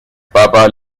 papa